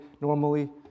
normally